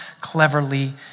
cleverly